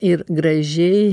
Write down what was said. ir gražiai